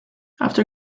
after